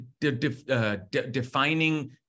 defining